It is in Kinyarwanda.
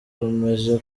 bakomeje